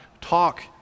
talk